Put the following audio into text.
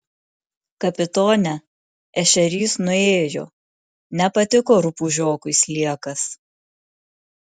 kapitone ešerys nuėjo nepatiko rupūžiokui sliekas